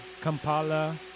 kampala